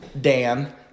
dan